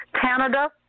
Canada